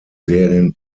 serien